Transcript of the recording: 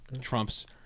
Trump's